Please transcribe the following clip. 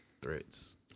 threats